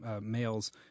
males